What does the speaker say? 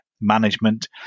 management